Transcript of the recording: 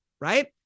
right